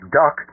duck